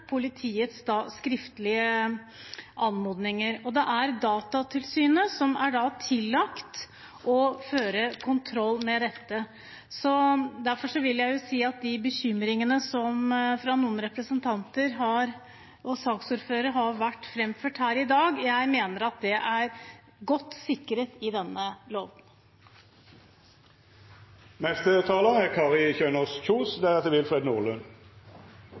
politiets skriftlige anmodninger. Det er Datatilsynet som er tillagt å føre kontroll med dette. Derfor vil jeg si at de bekymringene som har vært framført her i dag fra noen representanter og saksordføreren, er godt sikret i denne loven.